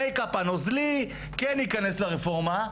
המייק-אפ הנוזלי ייכנס לרפורמה,